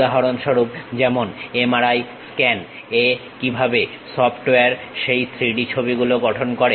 উদাহরণস্বরূপ যেমন MRI scan এ কিভাবে সফটওয়্যার সেই 3D ছবিগুলো গঠন করে